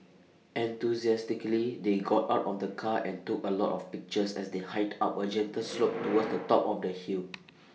enthusiastically they got out of the car and took A lot of pictures as they hiked up A gentle slope towards the top of the hill